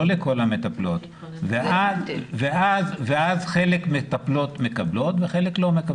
לא לכל המטפלות ואז חלק מהמטפלות מקבלות וחלק לא מקבלות.